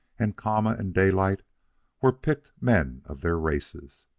and kama and daylight were picked men of their races.